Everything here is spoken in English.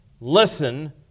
Listen